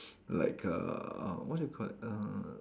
like uh what do you call that err